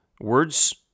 Words